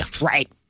Right